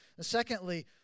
Secondly